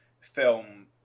film